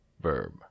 Verb